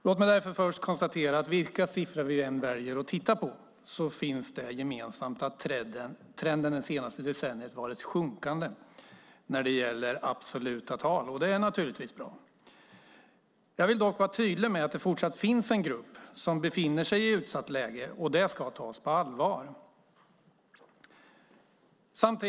Låt mig först konstatera att vilka siffror vi än väljer att titta på är trenden det senaste decenniet sjunkande när det gäller absoluta tal. Det är naturligtvis bra. Jag vill vara tydlig med att det fortsatt finns en grupp som befinner sig i utsatt läge. Det ska tas på allvar.